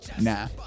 Nah